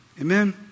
Amen